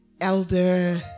Elder